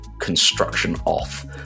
construction-off